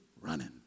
Running